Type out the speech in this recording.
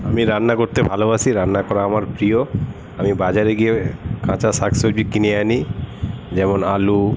আমি রান্না করতে ভালোবাসি রান্না করা আমার প্রিয় আমি বাজারে গিয়ে কাঁচা শাকসবজি কিনে আনি যেমন আলু